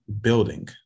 building